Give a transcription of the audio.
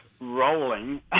rolling